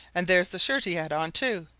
and there's the shirt he had on, too,